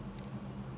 mm